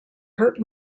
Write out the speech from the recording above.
hurt